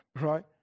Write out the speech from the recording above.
right